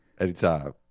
anytime